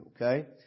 okay